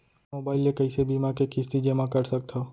Mobile ले कइसे बीमा के किस्ती जेमा कर सकथव?